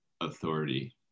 authority